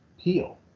peel